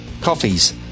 coffees